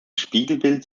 spiegelbild